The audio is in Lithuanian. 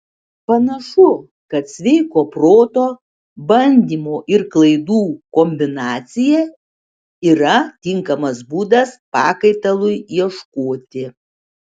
panašu kad sveiko proto bandymo ir klaidų kombinacija yra tinkamas būdas pakaitalui ieškoti